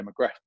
demographic